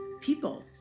people